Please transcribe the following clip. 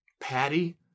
Patty